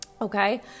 okay